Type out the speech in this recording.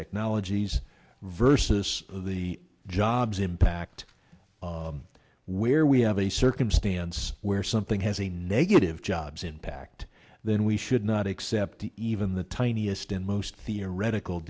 technologies versus the jobs impact where we have a circumstance where something has a negative jobs impact then we should not accept even the tiniest and most theoretical